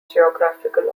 geographical